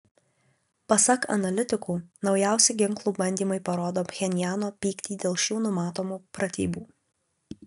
pasak analitikų naujausi ginklų bandymai parodo pchenjano pyktį dėl šių numatomų pratybų